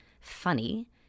funny